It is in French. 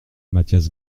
mathias